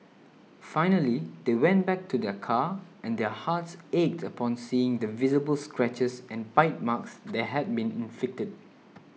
finally they went back to their car and their hearts ached upon seeing the visible scratches and bite marks that had been inflicted